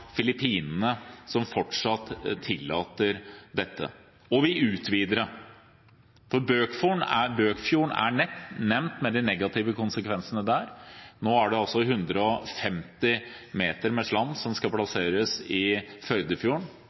Filippinene som fortsatt tillater dette – og vi utvider det! Bøkfjorden er nevnt, med de negative konsekvensene der, og nå er det altså 150 meter med slam som skal plasseres i Førdefjorden.